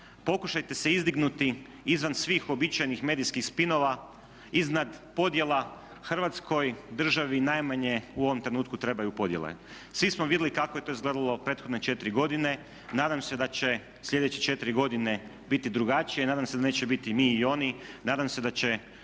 Pokušajte se izdignuti izvan svih uobičajenih medijskih spinova, iznad podjela. Hrvatskoj državi najmanje u ovom trenutku trebaju podjele. Svi smo vidjeli kako je to izgledalo u prethodne četiri godine. Nadam se da će sljedeće četiri godine biti drugačije i nadam se da neće biti i mi i oni, nadam se da će